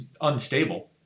unstable